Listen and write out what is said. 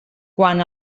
quan